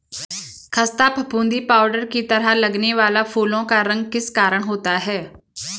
खस्ता फफूंदी पाउडर की तरह लगने वाला फूलों का रोग किस कारण होता है?